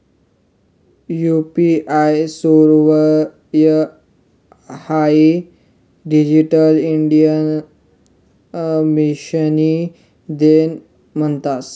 UPI service हाई digital India मिशननी देन मानतंस